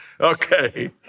Okay